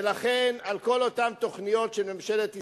ולכן, על כל אותן תוכניות של ממשלת ישראל,